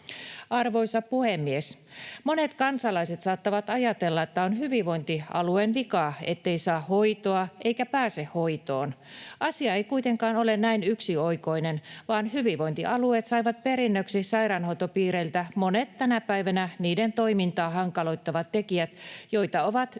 Arvoisa puhemies! Monet kansalaiset saattavat ajatella, että on hyvinvointialueen vika, ettei saa hoitoa eikä pääse hoitoon. Asia ei kuitenkaan ole näin yksioikoinen, vaan hyvinvointialueet saivat perinnöksi sairaanhoitopiireiltä monet tänä päivänä niiden toimintaa hankaloittavat tekijät, joita ovat yhä paheneva